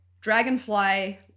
Dragonfly